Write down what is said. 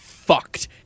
Fucked